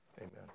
Amen